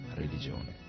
religione